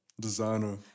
Designer